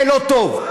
זה לא טוב.